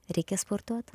reikia sportuot